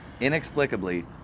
Inexplicably